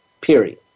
period